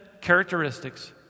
characteristics